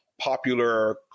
popular